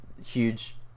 huge